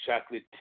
chocolate